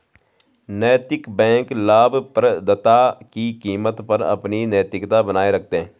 नैतिक बैंक लाभप्रदता की कीमत पर अपनी नैतिकता बनाए रखते हैं